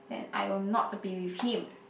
and I will not be with him